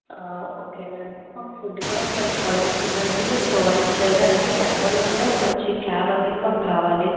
okay అండి మాకు food కూడా ఒక మంచి క్వాలిటీ ఫుడ్ అనేది మీరు ప్రొవైడ్ చేయాలి అలాగే క్యాబ్ అనేది కూడా ఒక మంచి క్యాబ్ అనేది మాకు కావాలి